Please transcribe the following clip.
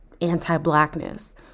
anti-blackness